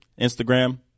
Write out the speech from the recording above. Instagram